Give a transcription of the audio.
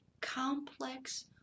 complex